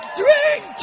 drink